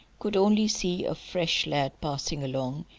could only see a fresh lad passing along,